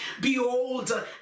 Behold